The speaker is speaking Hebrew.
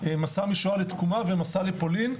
מסע משואה לתקומה ומסע לפולין,